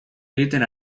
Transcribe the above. egiten